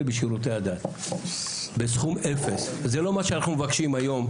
בשירותי הדת בסכום 0. זה לא מה שאנחנו מבקשים היום,